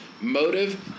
motive